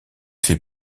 fait